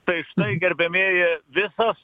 tai gerbiamieji visas